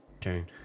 Turn